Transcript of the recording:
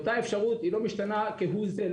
אותה אפשרות לא משתנה כהוא זה,